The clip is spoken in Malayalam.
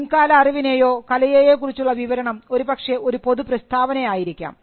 മുൻകാല അറിവിനെയോ കലയെയോ കുറിച്ചുള്ള വിവരണം ഒരുപക്ഷേ ഒരു പൊതു പ്രസ്താവന ആയിരിക്കാം